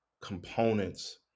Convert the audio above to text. components